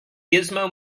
gizmo